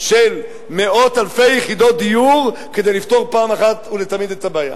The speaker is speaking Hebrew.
של מאות אלפי יחידות דיור כדי לפתור אחת ולתמיד את הבעיה.